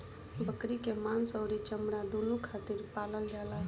बकरी के मांस अउरी चमड़ा दूनो खातिर पालल जाला